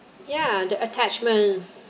ya the attachments